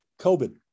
COVID